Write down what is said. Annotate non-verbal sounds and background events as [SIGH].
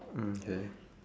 mm K [BREATH]